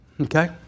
Okay